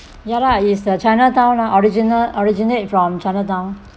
ya lah it's the chinatown original originate from chinatown